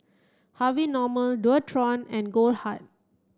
Harvey Norman Dualtron and Goldheart